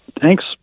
Thanks